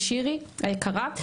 לשירי היקרה,